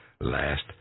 last